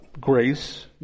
grace